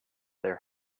their